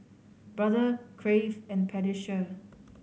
Brother Crave and Pediasure